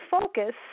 focus